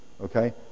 Okay